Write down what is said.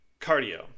cardio